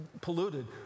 polluted